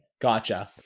Gotcha